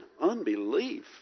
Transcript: unbelief